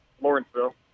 Lawrenceville